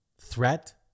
threat